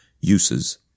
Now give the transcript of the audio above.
uses